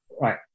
Right